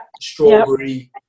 Strawberry